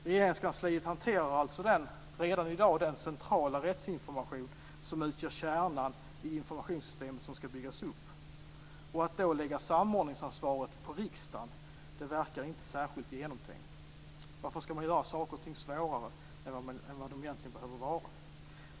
Regeringskansliet hanterar alltså redan i dag den centrala rättsinformation som utgör kärnan i det informationssystem som skall byggas upp. Att då lägga samordningsansvaret på riksdagen verkar inte särskilt genomtänkt. Varför skall man göra saker och ting svårare än vad de egentligen behöver vara?